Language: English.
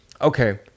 Okay